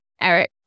Eric